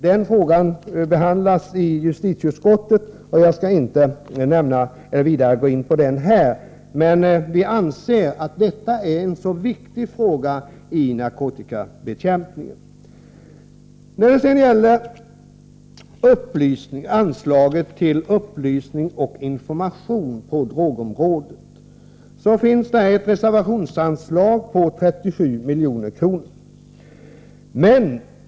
Den frågan behandlas i justitieutskottet, och jag skall inte närmare gå in på den här. Vi anser dock att den är mycket viktig i narkotikabekämpningen. För upplysning och information på drogområdet finns det ett reservations anslag på 37 milj.kr.